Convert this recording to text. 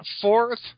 Fourth